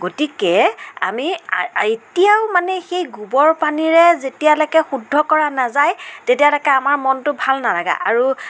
গতিকে আমি এতিয়াও মানে সেই গোবৰ পানীয়ে যেতিয়ালৈকে শুদ্ধ কৰা নাযায় তেতিয়ালৈকে আমাৰ মনটো ভাল নালাগে আৰু